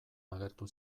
agertu